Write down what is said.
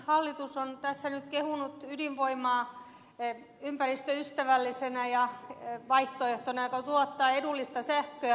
hallitus on tässä nyt kehunut ydinvoimaa ym päristöystävällisenä vaihtoehtona joka tuottaa edullista sähköä